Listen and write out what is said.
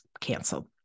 canceled